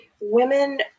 women